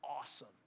awesome